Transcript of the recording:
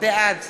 בעד